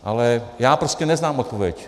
Ale já prostě neznám odpověď.